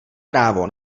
právo